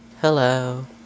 hello